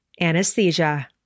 anesthesia